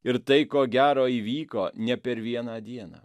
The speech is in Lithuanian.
ir tai ko gero įvyko ne per vieną dieną